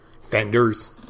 fenders